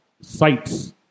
sites